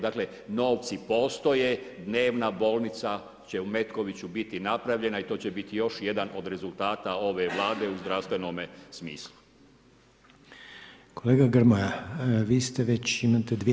Dakle novci postoje, dnevna bolnica će u Metkoviću biti napravljena i to će biti još jedan od rezultata ove Vlade u zdravstvenome smislu.